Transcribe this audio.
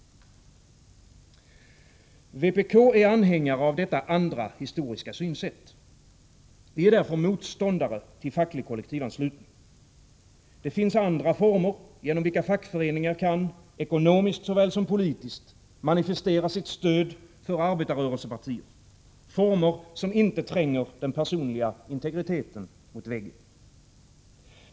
Vpk är anhängare av detta andra historiska synsätt. Vi är därför motståndare till facklig kollektivanslutning. Det finns andra former genom vilka fackföreningar kan ekonomiskt såväl som politiskt manifestera sitt stöd för arbetarrörelsepartier, former som inte tränger den personliga integriteten mot väggen.